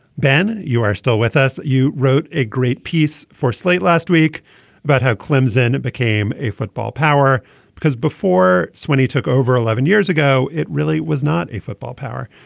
ben you are still with us. you wrote a great piece for slate last week about how clemson became a football power because before so when he took over eleven years ago it really was not a football power.